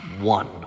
one